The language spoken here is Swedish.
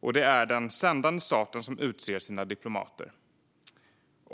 och det är den sändande staten som utser sina diplomater.